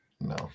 No